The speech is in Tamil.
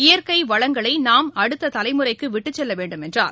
இயற்கை வளங்களை நாம் அடுத்த தலைமுறைக்கு விட்டுச் செல்ல வேண்டும் என்றார்